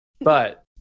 but-